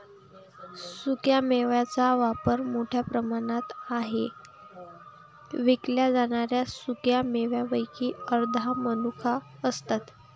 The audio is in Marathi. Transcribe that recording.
सुक्या मेव्यांचा वापर मोठ्या प्रमाणावर आहे विकल्या जाणाऱ्या सुका मेव्यांपैकी अर्ध्या मनुका असतात